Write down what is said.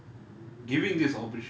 and thank all of you all for